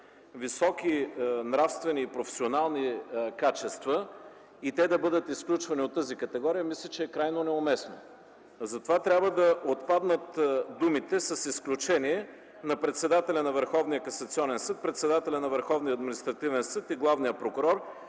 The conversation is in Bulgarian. високи нравствени и професионални качества и те да бъдат изключвани от тази категория мисля, че е крайно неуместно. Затова трябва да отпаднат думите „с изключение на председателя на Върховния касационен съд, председателя на Върховния административен съд и главния прокурор”,